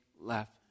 left